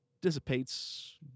dissipates